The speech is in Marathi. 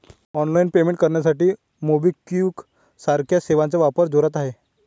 ऑनलाइन पेमेंट करण्यासाठी मोबिक्विक सारख्या सेवांचा वापर जोरात आहे